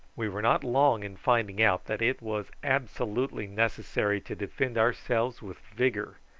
we were not long in finding out that it was absolutely necessary to defend ourselves with vigour,